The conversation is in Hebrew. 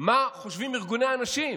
מה חושבים ארגוני הנשים.